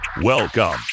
Welcome